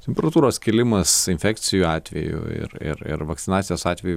temperatūros kilimas infekcijų atvejų ir ir ir vakcinacijos atveju